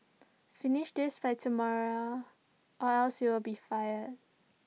finish this by tomorrow or else you'll be fired